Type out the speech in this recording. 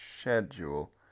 schedule